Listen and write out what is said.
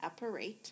apparate